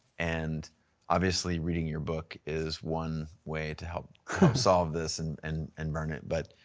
and obviously reading your book is one way to help solve this and and and learn it. but